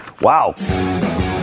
Wow